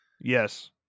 Yes